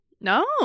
No